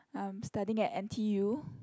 I'm studying at N_t_U